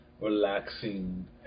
relaxing